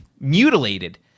mutilated